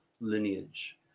lineage